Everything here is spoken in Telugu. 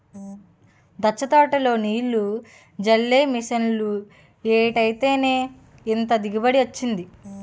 దాచ్చ తోటలో నీల్లు జల్లే మిసన్లు ఎట్టేత్తేనే ఇంత దిగుబడి వొచ్చింది